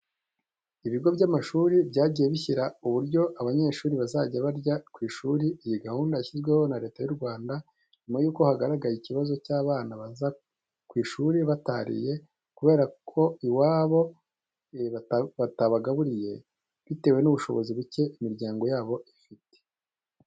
Ibigo by'amashuri byagiye bishyiraho uburyo abanyeshuri bazajya barya ku ishuri. Iyi gahunda yashyizweho na Leta y'u Rwanda nyuma yuko hagaragaye ikibazo cy'abana bazaga ku ishuri batariye kubera ko iwabo batabagaburiye bitewe n'ubushobozi buke imiryango yabo ifite.